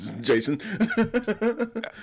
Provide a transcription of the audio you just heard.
Jason